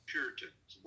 Puritans